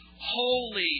Holy